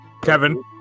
Kevin